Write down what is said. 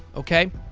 okay?